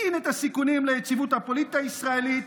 מקטין את הסיכונים ליציבות הפוליטית הישראלית,